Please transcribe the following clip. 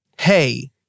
hey